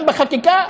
גם בחקיקה,